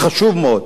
חשוב מאוד.